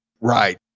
Right